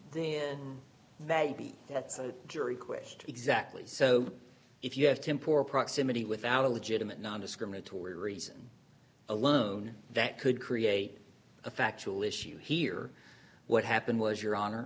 maybe that's a jury question exactly so if you have temp or proximity without a legitimate nondiscriminatory reason alone that could create a factual issue here what happened was your honor